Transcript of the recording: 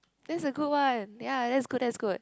that's a good one ya that's good that's good